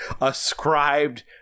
ascribed